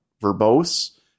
verbose